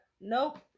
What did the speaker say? Nope